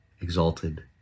exalted